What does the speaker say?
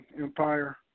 empire